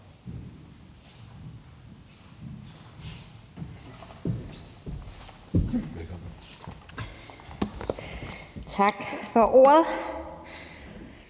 Tak for ordet,